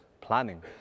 planning